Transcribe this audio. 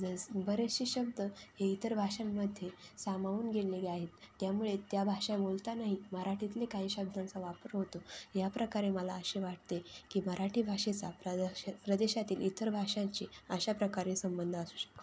जसे बरेचसे शब्द हे इतर भाषांमध्ये सामावून गेलेले आहेत त्यामुळे त्या भाषा बोलतानाही मराठीतले काही शब्दांचा वापर होतो याप्रकारे मला असे वाटते की मराठी भाषेचा प्रदेश प्रदेशातील इतर भाषांची अशा प्रकारे संबंध असू शकतो